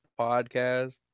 podcast